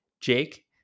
Jake